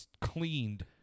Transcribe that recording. cleaned